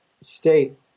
state